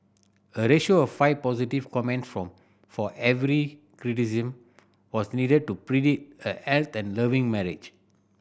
a ratio of five positive comment for for every criticism was needed to predict a healthy and loving marriage